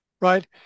right